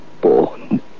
born